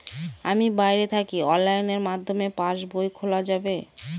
আমি বাইরে থাকি অনলাইনের মাধ্যমে পাস বই খোলা যাবে কি?